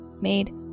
made